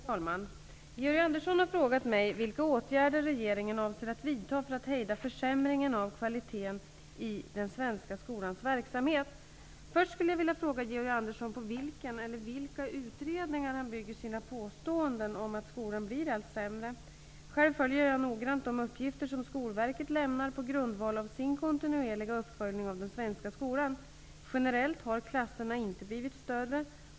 Herr talman! Georg Andersson har frågat mig vilka åtgärder regeringen avser att vidta för att hejda försämringen av kvaliteten i den svenska skolans verksamhet. Först skulle jag vilja fråga Georg Andersson på vilken eller vilka utredningar han bygger sina påståenden om att skolan blir allt sämre. Själv följer jag noggrant de uppgifter som Skolverket lämnar på grundval av sin kontinuerliga uppföljning av den svenska skolan. Generellt har klasserna inte blivit större.